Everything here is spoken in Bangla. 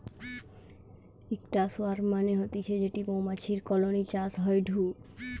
ইকটা সোয়ার্ম মানে হতিছে যেটি মৌমাছির কলোনি চাষ হয়ঢু